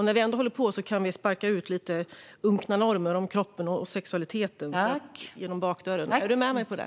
När vi ändå håller på kan vi passa på att sparka ut lite unkna normer om kroppen och sexualiteten genom bakdörren. Är du med mig på det?